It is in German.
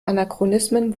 anachronismen